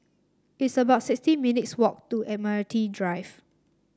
it's about sixty minutes walk to Admiralty Drive